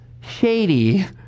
shady